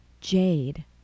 jade